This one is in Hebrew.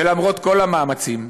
ולמרות כל המאמצים,